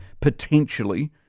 potentially